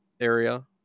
area